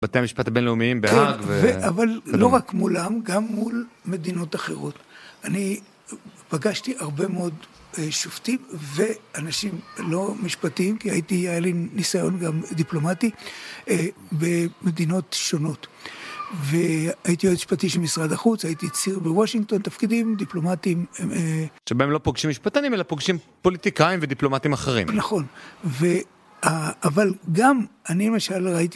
בתי המשפט הבינלאומיים, בהאג ו... אבל לא רק מולם, גם מול מדינות אחרות. אני פגשתי הרבה מאוד שופטים, ואנשים לא משפטיים, כי הייתי, היה לי ניסיון גם דיפלומטי במדינות שונות. והייתי יועץ משפטי של משרד החוץ, הייתי ציר בוושינגטון, תפקידים דיפלומטיים. שבהם לא פוגשים משפטנים, אלא פוגשים פוליטיקאים ודיפלומטים אחרים. נכון. ו.. אבל גם אני למשל ראיתי...